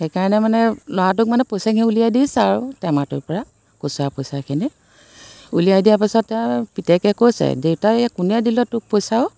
সেইকাৰণে মানে ল'ৰাটোক মানে পইচাখিনি উলিয়াই দিছে আৰু টেমাটোৰ পৰা খুচুৰা পইচাখিনি উলিয়াই দিয়াৰ পিছতে আৰু পিতেকে কৈছে দেউতা এয়া কোনে দিলে তোক পইচা অ'